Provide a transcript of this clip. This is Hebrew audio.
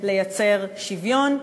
כדי לייצר שוויון,